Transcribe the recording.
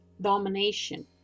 domination